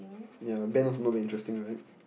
ya band also not very interesting right